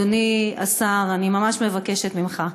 אדוני השר, אני ממש מבקשת ממך: